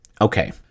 Okay